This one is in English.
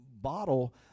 bottle